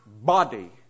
body